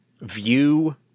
view